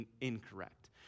incorrect